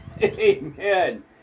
Amen